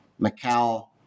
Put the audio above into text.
Macau